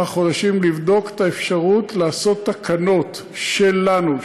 חודשים לבדוק את האפשרות לעשות תקנות שלנו,